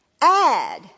Add